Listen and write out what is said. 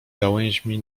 gałęźmi